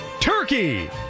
turkey